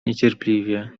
niecierpliwie